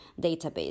database